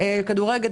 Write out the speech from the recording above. כדורגל,